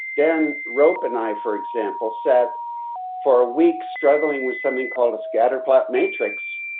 dan rope and i, for example, set for a week struggling with something called a scatter plot matrix.